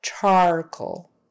charcoal